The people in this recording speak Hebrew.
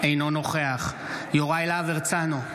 אינו נוכח יוראי להב הרצנו,